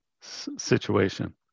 situation